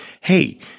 Hey